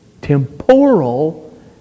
temporal